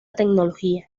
tecnología